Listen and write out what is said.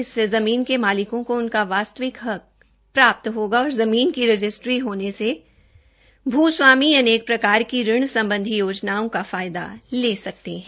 इससे जमीन के मालिकों को उनका वास्तविक हक प्राप्त होगा और जमीन की रजिस्ट्री होने से भू स्वामी अनेक प्रकार की ऋण संबंधी योजनाओं का लाभ भी ले सकते हैं